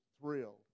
thrilled